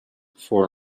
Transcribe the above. for